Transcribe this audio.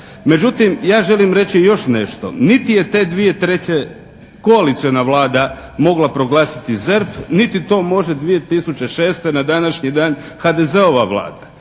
Međutim, ja želim reći još nešto. Niti je te 2003. koaliciona Vlada mogla proglasiti ZERP niti to može 2006. na današnji dan HDZ-ova Vlada.